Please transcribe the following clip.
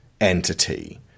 entity